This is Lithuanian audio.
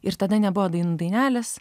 ir tada nebuvo dainų dainelės